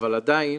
אבל עדיין